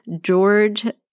George